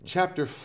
Chapter